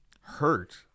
hurt